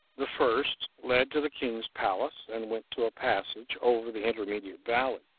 the first led to the king's palace, and went to a passage over the intermediate valley